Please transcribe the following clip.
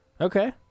Okay